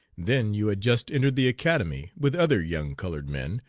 then you had just entered the academy with other young colored men,